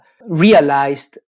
realized